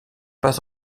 pas